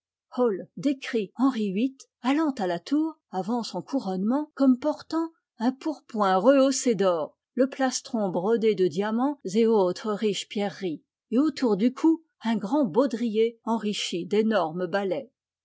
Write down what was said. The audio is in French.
décrit henry viii allant à la tour avant son couronnement comme portant un pourpoint rehaussé d'or le plastron brodé de diamants et autres riches pierreries et autour du cou un grand baudrier enrichi d'énormes balais